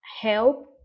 help